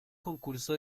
concurso